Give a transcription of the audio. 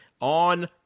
on